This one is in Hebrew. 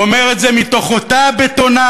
הוא אומר את זה מתוך אותה בטונדה,